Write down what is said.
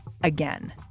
again